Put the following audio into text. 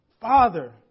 Father